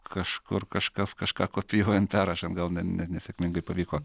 kažkur kažkas kažką kopijuojant perrašant gal ne nesėkmingai pavyko